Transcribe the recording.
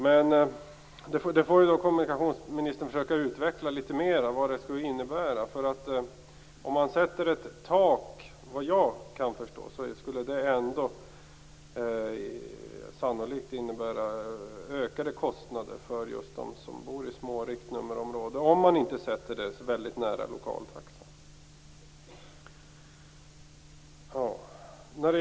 Men kommunikationsministern får försöka utveckla litet mera vad det skulle innebära. Om man sätter ett tak skulle det ändå, vad jag kan förstå, sannolikt innebära ökade kostnader för dem som bor i små riktnummerområden - om man inte sätter det väldigt nära lokaltaxan.